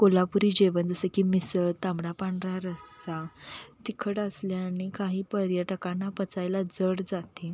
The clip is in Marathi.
कोल्हापुरी जेवण जसं की मिसळ तांबडा पांढरा रस्सा तिखट असल्याने काही पर्यटकांना पचायला जड जाते